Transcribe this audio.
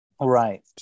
right